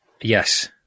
yes